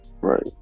Right